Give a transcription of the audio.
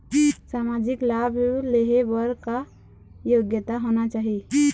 सामाजिक लाभ लेहे बर का योग्यता होना चाही?